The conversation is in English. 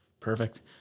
perfect